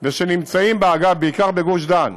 ושנמצאים בה, אגב, בעיקר בגוש דן,